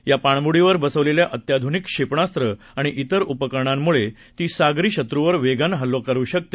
या पाणबुडीवर बसवलेली अत्याधुनिक क्षेपणास्त्र आणि इतर उपकरणांमुळे ती सागरी शत्रूवर वेगानं हल्ला करू शकते